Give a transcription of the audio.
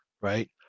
right